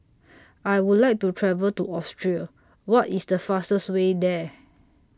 I Would like to travel to Austria What IS The fastest Way There